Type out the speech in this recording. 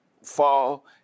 fall